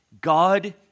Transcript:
God